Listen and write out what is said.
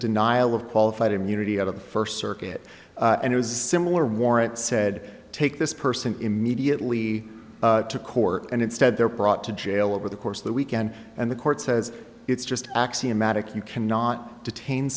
denial of qualified immunity out of the first circuit and it was a similar warrant said take this person immediately to court and instead they're brought to jail over the course of the weekend and the court says it's just axiomatic you cannot detain